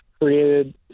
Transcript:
created